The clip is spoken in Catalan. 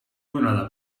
donada